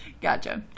Gotcha